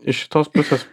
iš šitos pusės